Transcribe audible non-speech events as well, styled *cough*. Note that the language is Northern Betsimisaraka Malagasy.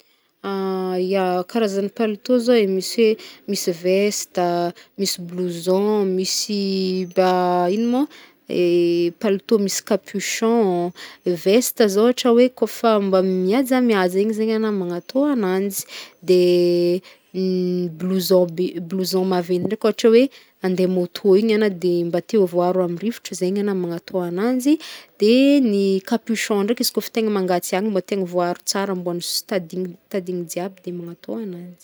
*hesitation* Ya karazagny palitao zao e, misy hoe, misy vesta a, misy blouson, misy ba *hesitation* ino mô *hesitation* palitao misy capuchon, vesta zao ôhatra hoe kaofa mihajamihaja igny zegny agnao magnatô agnanjy, de *hesitation* blouson be, blouson maventy ndraiky ôhatra hoe hande môto igny agnao de mba te ho voaharo amy rivotry zegny agnao magnatô agnanjy de *hesitation* ny capuchon ndraiky izy kaofa tegna magnatsiàka, mba tegna ho voaharo tsara mboany sy tadigny tadigny jiaby de magnatô agnanjy.